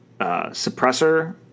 suppressor